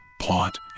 plot